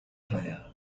player